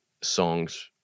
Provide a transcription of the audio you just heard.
songs